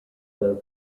both